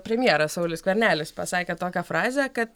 premjeras saulius skvernelis pasakė tokią frazę kad